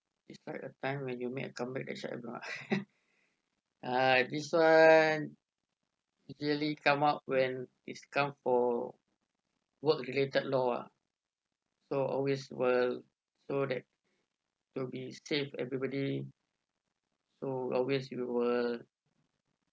describe a time when you make a come back and shut them out ah this one actually come up when it's come for work related law ah so always will so that to be safe everybody so always we will